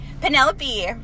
Penelope